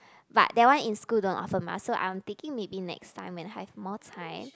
but that one in school don't offer mah so I'm thinking maybe next time when have more time